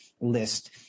list